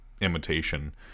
imitation